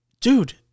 Dude